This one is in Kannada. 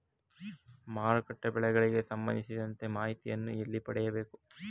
ಮಾರುಕಟ್ಟೆ ಬೆಲೆಗಳಿಗೆ ಸಂಬಂಧಿಸಿದಂತೆ ಮಾಹಿತಿಯನ್ನು ಎಲ್ಲಿ ಪಡೆಯಬೇಕು?